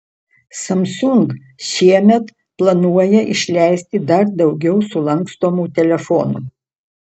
samsung šiemet planuoja išleisti dar daugiau sulankstomų telefonų